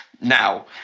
Now